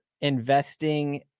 investing